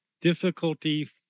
difficulty